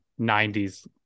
90s